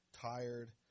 tired